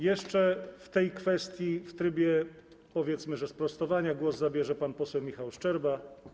Jeszcze w tej kwestii w trybie, powiedzmy, sprostowania głos zabierze pan poseł Michał Szczerba.